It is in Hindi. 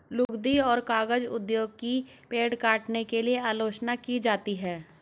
लुगदी और कागज उद्योग की पेड़ काटने के लिए आलोचना की जाती है